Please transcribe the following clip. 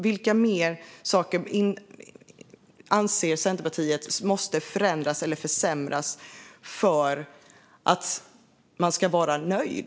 Vilka mer saker anser Centerpartiet måste förändras eller försämras för att man ska vara nöjd?